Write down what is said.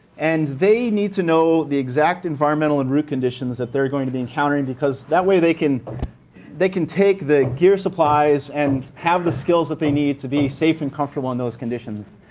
and they need to know the exact environmental and route conditions that they're going to be encountering because that way, they can they can take the gear, supplies, and have the skills that they need to be safe and comfortable in those conditions.